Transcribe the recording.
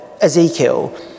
Ezekiel